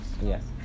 Yes